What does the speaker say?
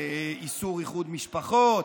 על איסור איחוד משפחות,